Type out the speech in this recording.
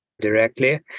directly